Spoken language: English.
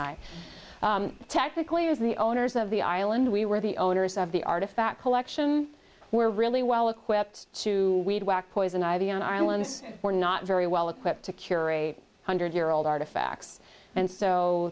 i technically is the owners of the island we were the owners of the artifact collection we're really well equipped to weed whacker poison ivy on islands we're not very well equipped to cure eight hundred year old artifacts and so